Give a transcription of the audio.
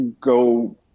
go